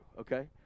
okay